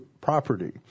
property